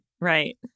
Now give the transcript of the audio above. right